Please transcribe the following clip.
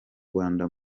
rwanda